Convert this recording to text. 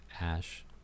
Ash